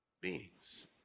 beings